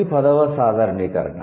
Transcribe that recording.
ఇది పదవ సాధారణీకరణ